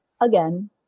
again